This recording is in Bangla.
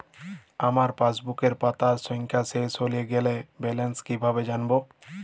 আমার পাসবুকের পাতা সংখ্যা শেষ হয়ে গেলে ব্যালেন্স কীভাবে জানব?